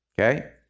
Okay